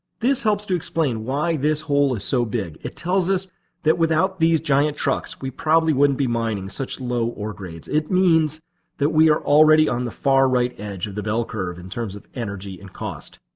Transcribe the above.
this helps to explain why this hole is so big. big. it tells us that without these giant trucks, we probably wouldn't be mining such low ore grades. it means that we are already on the far right edge of the bell curve, in terms of energy and cost.